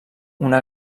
una